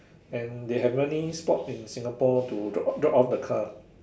and they have many spot in Singapore to drop drop off the car